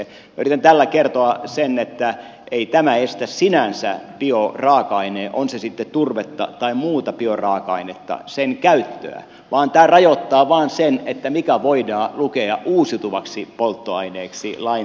minä yritän tällä kertoa sen että ei tämä estä sinänsä bioraaka aineen käyttöä on se sitten turvetta tai muuta bioraaka ainetta vaan tämä rajoittaa vain sitä mikä voidaan lukea uusiutuvaksi polttoaineeksi lain tarkoittamassa mielessä